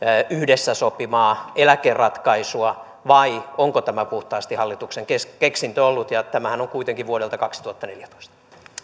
yhdessä sopimaa eläkeratkaisua vai onko tämä puhtaasti hallituksen keksintö ollut tämähän on kuitenkin vuodelta kaksituhattaneljätoista